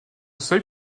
seuil